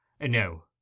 No